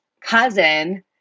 cousin